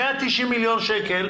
190 מיליון שקלים.